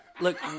Look